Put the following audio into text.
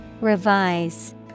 Revise